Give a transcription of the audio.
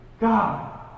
God